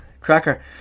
cracker